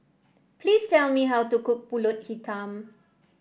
please tell me how to cook pulut hitam